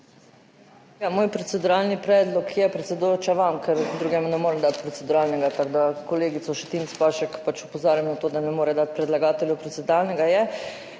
Moj proceduralni predlog je [namenjen] vam, predsedujoča, ker drugemu ne morem dati proceduralnega, tako da kolegico Šetinc Pašek opozarjam na to, da ne more dati predlagatelju proceduralnega, in